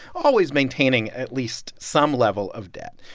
always maintaining at least some level of debt.